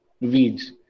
weeds